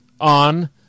on